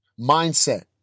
mindset